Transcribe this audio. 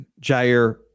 Jair